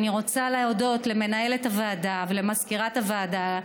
אני רוצה להודות למנהלת הוועדה ולמזכירת הוועדה,